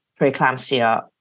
preeclampsia